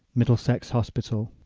middlesex hospital.